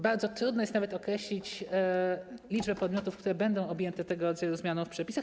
Bardzo trudno jest nawet określić liczbę podmiotów, które będą objęte tego rodzaju zmianą w przepisach.